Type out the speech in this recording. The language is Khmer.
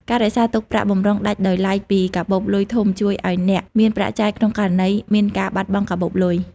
ការរក្សាទុកប្រាក់បម្រុងដាច់ដោយឡែកពីកាបូបលុយធំ ជួយឱ្យអ្នកមានប្រាក់ចាយក្នុងករណីមានការបាត់បង់កាបូបលុយ។